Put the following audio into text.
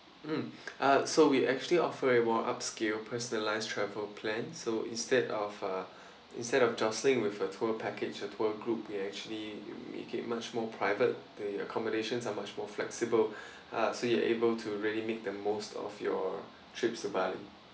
mm uh so we actually offer a more upscale personalised travel plan so instead of uh instead of jostling with a tour package a tour group we actually make it much more private the accommodations are much more flexible uh so you're able to really make the most of your trip to bali